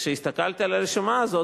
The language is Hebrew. כשהסתכלתי על הרשימה הזאת,